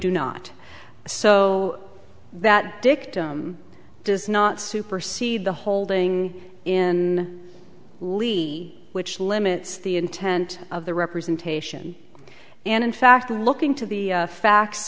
do not so that dictum does not supersede the holding in lee which limits the intent of the representation and in fact the looking to the fact